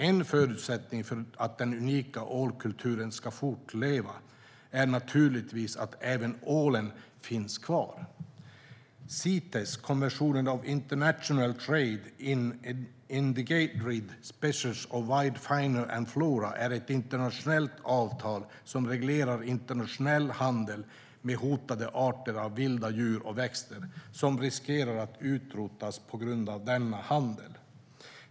En förutsättning för att den unika "ålakulturen" ska fortleva är naturligtvis att även ålen finns kvar. Cites är ett internationellt avtal som reglerar internationell handel med hotade arter av vilda djur och växter som riskerar att utrotas på grund av denna handel.